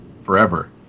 forever